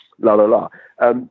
la-la-la